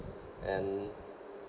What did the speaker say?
and